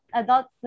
adult